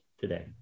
today